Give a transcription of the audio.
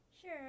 Sure